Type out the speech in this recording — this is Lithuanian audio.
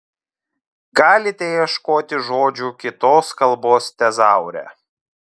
galite ieškoti žodžių kitos kalbos tezaure